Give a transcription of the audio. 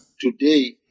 today